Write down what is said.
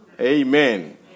Amen